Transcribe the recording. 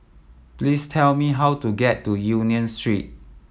please tell me how to get to Union Street